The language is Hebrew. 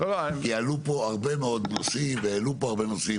כי עלו פה הרבה מאוד נושאים והעלו פה הרבה מאוד נושאים.